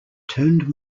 turned